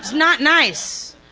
not nice.